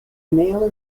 male